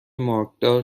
مارکدار